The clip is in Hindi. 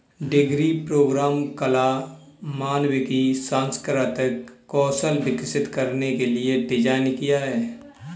डिग्री प्रोग्राम कला, मानविकी, सांस्कृतिक कौशल विकसित करने के लिए डिज़ाइन किया है